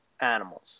Animals